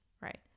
right